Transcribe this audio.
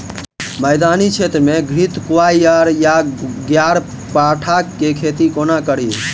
मैदानी क्षेत्र मे घृतक्वाइर वा ग्यारपाठा केँ खेती कोना कड़ी?